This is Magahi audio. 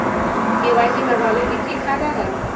के.वाई.सी करवाबे के कि फायदा है?